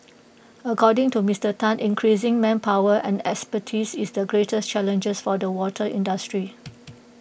according to Mister Tan increasing manpower and expertise is the greatest challenge for the water industry